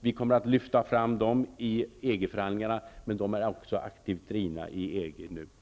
Vi kommer att lyfta fram dem i EG-förhandlingarna, men de drivs nu aktivt också inom EG.